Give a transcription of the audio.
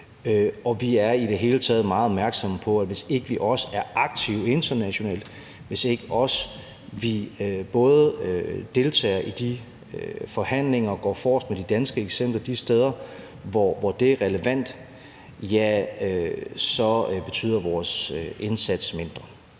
Og vi er i det hele taget meget opmærksomme på, at hvis ikke vi også er aktive internationalt, hvis ikke også vi både deltager i de forhandlinger og går forrest med de danske eksempler de steder, hvor det er relevant, ja, så betyder vores indsats mindre.